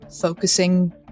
focusing